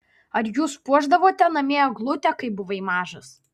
ar jūs puošdavote namie eglutę kai buvai mažas